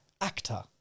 actor